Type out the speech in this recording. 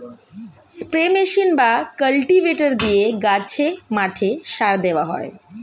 spray machine বা cultivator দিয়ে গাছে, মাঠে সার দেওয়া হয়